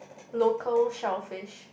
local shellfish